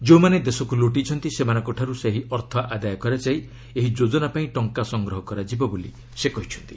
ଯେଉଁମାନେ ଦେଶକୁ ଲୁଟିଛନ୍ତି ସେମାନଙ୍କଠାରୁ ସେହି ଅର୍ଥ ଆଦାୟ କରାଯାଇ ଏହି ଯୋଜନା ପାଇଁ ଟଙ୍କା ସଂଗ୍ରହ କରାଯିବ ବୋଲି ସେ କହିଛନ୍ତି